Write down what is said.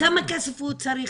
כמה כסף הוא צריך?